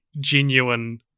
genuine